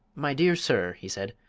my dear sir, he said,